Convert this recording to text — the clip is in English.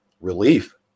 Relief